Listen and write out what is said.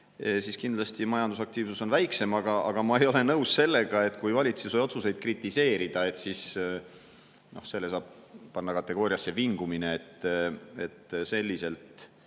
siis on kindlasti majandusaktiivsus väiksem. Aga ma ei ole nõus sellega, et kui valitsuse otsuseid kritiseerida, siis selle saab panna kategooriasse "vingumine". Selliselt